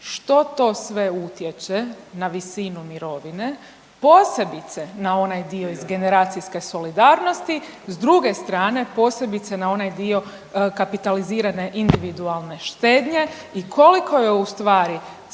što to sve utječe na visinu mirovine posebice na onaj dio iz generacijske solidarnosti, s druge strane posebice na onaj dio kapitalizirane individualne štednje i koliko je u stvari staž